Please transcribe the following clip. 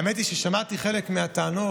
האמת היא ששמעתי חלק מהטענות